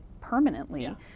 permanently